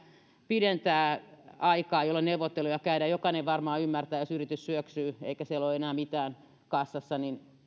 pidentää aikaa jolloin neuvotteluja käydään jokainen varmaan ymmärtää sen jos yritys syöksyy eikä siellä ole enää mitään kassassa